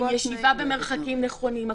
עם ישיבה במרחקים נכונים,